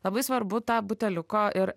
labai svarbu ta buteliuko ir